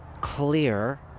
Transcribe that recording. clear